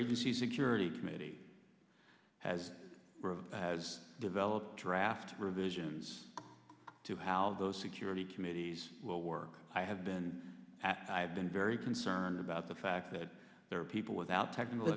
agency security committee has has developed draft revisions to how those security committees will work i have been i've been very concerned about the fact that there are people without